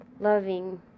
loving